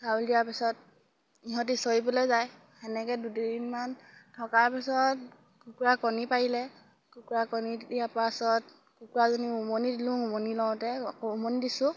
চাউল দিয়াৰ পিছত ইহঁতি চৰিবলে যায় সেনেকে দুদিনমান থকাৰ পাছত কুকুৰা কণী পাৰিলে কুকুৰা কণী দিয়াৰ পাছত কুকুৰাজনী উমনি দিলোঁ উমনি লওঁতে উমনি দিছোঁ